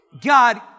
God